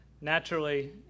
Naturally